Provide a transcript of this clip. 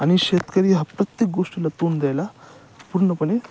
आणि शेतकरी हा प्रत्येक गोष्टीला तोंड द्यायला पूर्णपणे